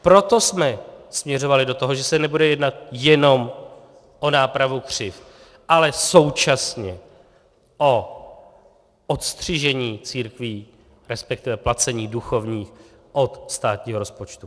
Proto jsme směřovali do toho, že se nebude jednat jenom o nápravu křivd, ale současně o odstřižení církví, resp. placení duchovních, od státního rozpočtu.